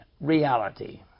reality